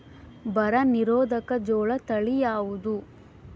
ಬರ ನಿರೋಧಕ ಜೋಳ ತಳಿ ಯಾವುದು?